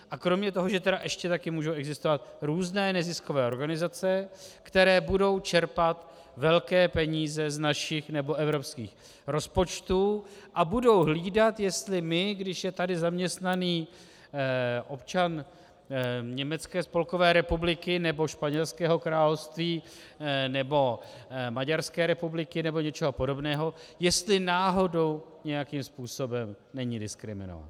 A kromě toho, že ještě můžou existovat různé neziskové organizace, které budou čerpat velké peníze z našich nebo evropských rozpočtů a budou hlídat, jestli my, když je tady zaměstnaný občan Spolkové republiky Německo nebo Španělského království nebo Maďarské republiky nebo něčeho podobného, jestli náhodou nějakým způsobem není diskriminován.